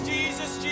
Jesus